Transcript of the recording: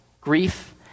grief